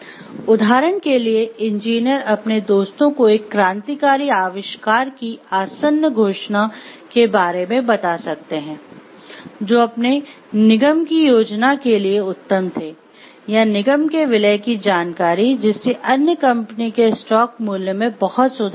उदाहरण के लिए इंजीनियर अपने दोस्तों को एक क्रांतिकारी आविष्कार की "आसन्न घोषणा" के बारे में बता सकते हैं जो अपने निगम की योजना के लिए उत्तम थे या निगम के विलय की जानकारी जिससे अन्य कंपनी के स्टॉक मूल्य में बहुत सुधार आएगा